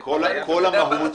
כל המהות